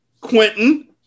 Quentin